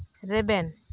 ᱨᱮᱵᱮᱱ